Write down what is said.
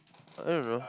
I don't know